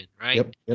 right